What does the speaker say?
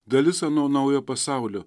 dalis ano naujo pasaulio